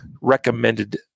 recommended